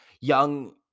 young